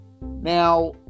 Now